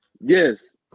yes